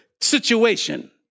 situation